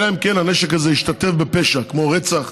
אלא אם כן הנשק הזה השתתף בפשע כמו רצח,